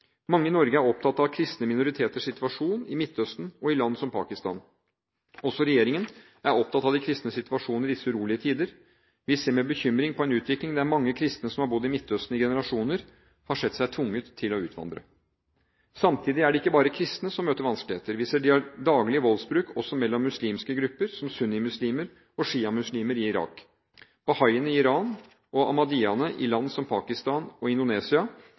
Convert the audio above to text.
Mange i Norge er opptatt av kristne minoriteters situasjon i Midtøsten og i land som Pakistan. Også regjeringen er opptatt av de kristnes situasjon i disse urolige tider. Vi ser med bekymring på en utvikling der mange kristne som har bodd i Midtøsten i generasjoner, har sett seg tvunget til å utvandre. Samtidig er det ikke bare kristne som møter vanskeligheter. Vi ser daglig voldsbruk også mellom muslimske grupper, som sunnimuslimer og sjiamuslimer i Irak. Bahaiene i Iran og ahmadiyyaene i land som Pakistan og Indonesia